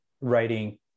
writing